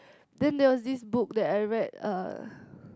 then there was this book that I read uh